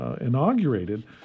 inaugurated